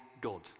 god